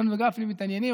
ליצמן וגפני מתעניינים.